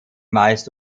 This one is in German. meist